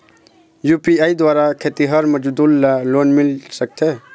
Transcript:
UPI द्वारा खेतीहर मजदूर ला लोन मिल सकथे?